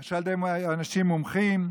על ידי אנשים מומחים.